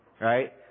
Right